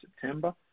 September